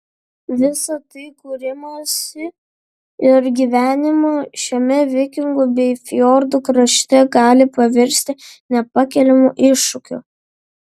visa tai kūrimąsi ir gyvenimą šiame vikingų bei fjordų krašte gali paversti nepakeliamu iššūkiu